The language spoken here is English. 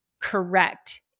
correct